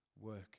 work